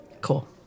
Cool